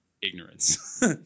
ignorance